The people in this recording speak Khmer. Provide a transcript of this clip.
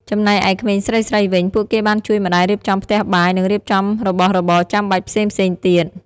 ចំណែកឯក្មេងស្រីៗវិញ ពួកគេបានជួយម្តាយរៀបចំផ្ទះបាយ និងរៀបចំរបស់របរចាំបាច់ផ្សេងៗទៀត។